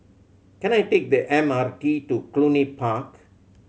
can I take the M R T to Cluny Park